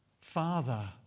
Father